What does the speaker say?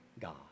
God